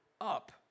up